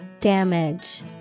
Damage